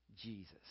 Jesus